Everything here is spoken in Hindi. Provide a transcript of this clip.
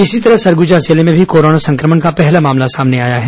इसी तरह सरगुजा जिले में भी कोरोना संक्रमण का पहला मामला सामने आया है